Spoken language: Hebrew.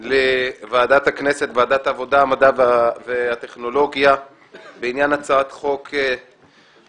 לוועדת הכנסת וועדת המדע והטכנולוגיה בעניין הצעת חוק התקשורת,